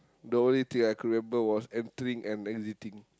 the only thing I could remember was entering and exiting